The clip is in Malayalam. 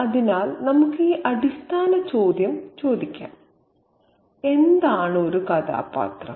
അതിനാൽ നമുക്ക് ഈ അടിസ്ഥാന ചോദ്യം ചോദിക്കാം എന്താണ് ഒരു കഥാപാത്രം